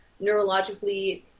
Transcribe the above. neurologically